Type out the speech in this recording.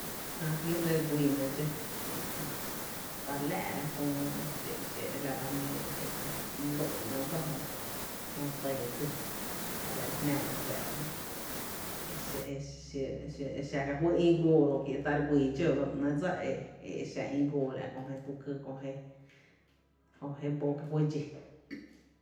Jää jmí’ re lɇ e re guíína dxó kie’ ta ta re láá’ra köö e la dsa nǿǿ ro’ kie’ ta my lǿ’ ba nɇɇ’ dsa jö, jö re tɇɇ dsí ka la li jná re fáá’ra jö, e xa exa ka fý ïï góó goo ro’ kie’ ta re guii dxó ba ‘néé’ dsa e exa ïï goo la’ kö je tu ký kö je kö je bo ka fý dxi.